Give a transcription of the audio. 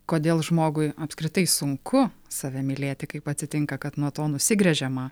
kodėl žmogui apskritai sunku save mylėti kaip atsitinka kad nuo to nusigręžiama